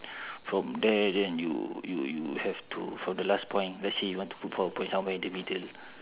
from there then you you you have to from the last point let's say you want to put power point somewhere in the middle